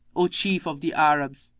o chief of the arabs,